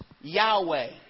Yahweh